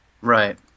Right